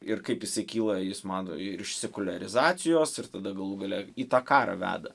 ir kaip jisai kyla jis mano ir iš sekuliarizacijos ir tada galų gale į tą karą veda